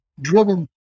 driven